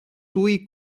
tuj